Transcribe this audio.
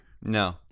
No